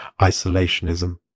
isolationism